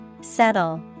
Settle